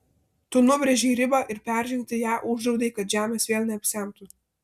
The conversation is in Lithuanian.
tu nubrėžei ribą ir peržengti ją uždraudei kad žemės vėl neapsemtų